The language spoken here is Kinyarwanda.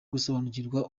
gusobanukirwa